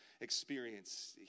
experience